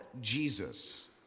jesus